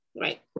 Right